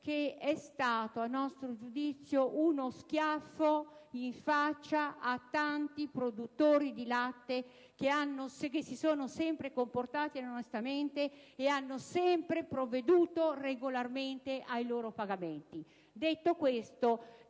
che è stato, a nostro giudizio, uno schiaffo in faccia ai tanti produttori di latte che si sono sempre comportati onestamente ed hanno sempre provveduto regolarmente ai loro pagamenti. *(Applausi